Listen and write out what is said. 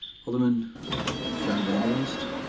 alderman john van der leest?